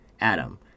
Adam